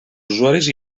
usuaris